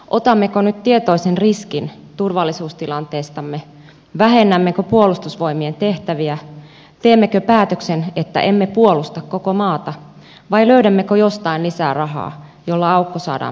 otammeko nyt tietoisen riskin turvallisuustilanteestamme vähennämmekö puolustusvoimien tehtäviä teemmekö päätöksen että emme puolusta koko maata vai löydämmekö jostain lisää rahaa jolla aukko saadaan paikattua